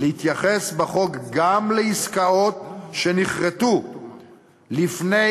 להתייחס בחוק גם להחלטות שנכרתו לפני